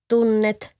Tunnet